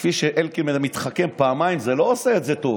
כפי שאלקין התחכם פעמיים, זה לא עושה את זה טוב.